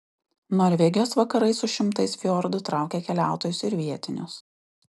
norvegijos vakarai su šimtais fjordų traukia keliautojus ir vietinius